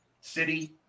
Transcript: City